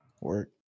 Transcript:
work